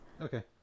Okay